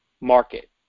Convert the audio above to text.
market